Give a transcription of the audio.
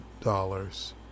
dollars